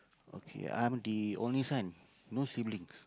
okay I'm the only son no siblings